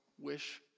wish